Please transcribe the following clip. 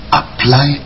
apply